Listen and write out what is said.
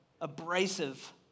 abrasive